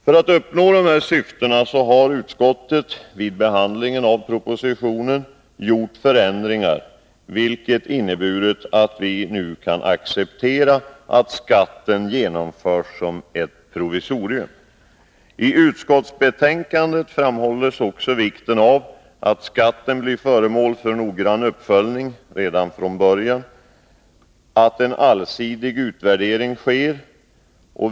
För att uppnå dessa syften har utskottet vid behandlingen av propositionen gjort förändringar, vilket inneburit att vi nu kan acceptera att skatten införs som ett provisorium. I utskottsbetänkandet framhålls också vikten av att skatten blir föremål för noggrann uppföljning redan från början och att en allsidig utvärdering sker.